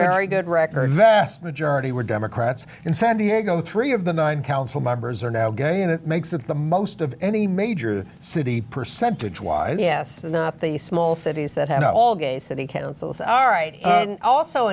very good record vast majority were democrats in san diego three of the nine council members are now gay and it makes it the most of any major city percentage wise yes not the small cities that had all gay city councils are right and also